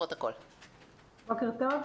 בוקר טוב.